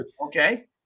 Okay